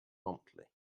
promptly